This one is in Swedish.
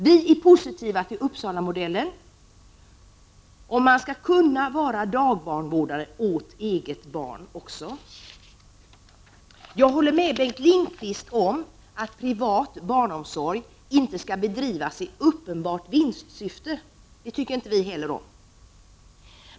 Vi är positiva till Uppsalamodellen. Man skall kunna vara dagbarnvårdare även av eget barn. Jag håller med Bengt Lindqvist om att privat barnomsorg inte skall drivas i uppenbart vinstsyfte. Det tycker inte heller vi om.